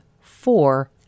four